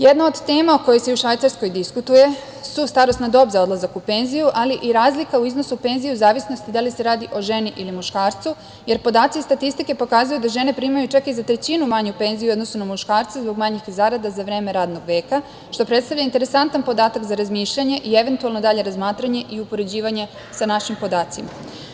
Jedna od tema koja se i u Švajcarskoj diskutuje su starosna dob za odlazak u penziju, ali i razlika u iznosu penzija u zavisnosti da li se radi o ženi ili muškarcu, jer podaci iz statistike pokazuju da žene primaju čak i za trećinu manju penziju u odnosu na muškarce zbog manjih zarada za vreme radnog vek,a što predstavlja interesantan podatak za razmišljanje i eventualno dalje razmatranje i upoređivanje sa našim podacima.